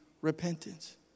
Repentance